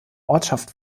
ortschaft